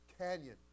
canyon